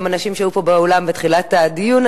גם הנשים שהיו פה באולם בתחילת הדיון